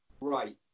right